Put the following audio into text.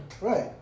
Right